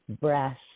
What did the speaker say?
breath